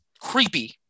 creepy